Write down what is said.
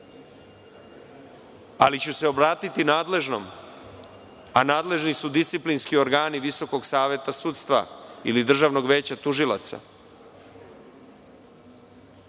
ali ću se obratiti nadležnom, a nadležni su disciplinski organi Visokog saveta sudstva ili Državnog veća tužilaca,